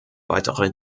weitere